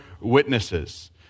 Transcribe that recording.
witnesses